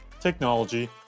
technology